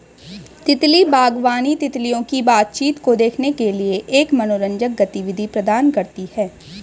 तितली बागवानी, तितलियों की बातचीत को देखने के लिए एक मनोरंजक गतिविधि प्रदान करती है